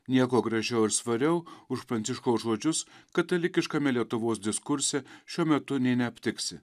nieko gražiau ir svariau už pranciškaus žodžius katalikiškame lietuvos diskurse šiuo metu nė neaptiksi